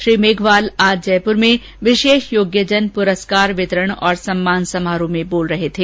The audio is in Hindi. श्री मेघवाल आज जयपुर में विशेष योग्यजन पुरस्कार वितरण और सम्मान समारोह में बोल रहे थे